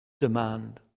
demand